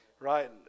right